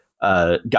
Got